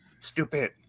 Stupid